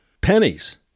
pennies